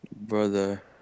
brother